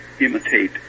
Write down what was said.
Imitate